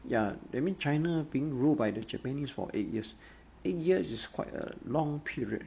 ya that mean china being rule by the japanese for eight years eight years is quite a long period